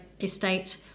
Estate